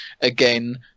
again